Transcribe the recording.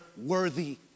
worthy